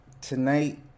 tonight